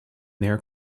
their